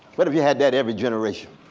what if you had that every generation?